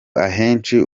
ahenshi